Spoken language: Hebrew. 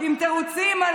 מה אתם רוצים?